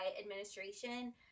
administration